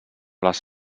les